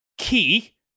key